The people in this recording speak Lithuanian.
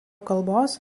kalbos